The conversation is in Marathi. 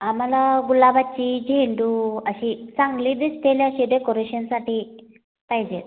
आम्हाला गुलाबाची झेंडू अशी चांगली दिसतील अशी डेकोरेशनसाठी पाहिजेत